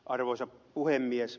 arvoisa puhemies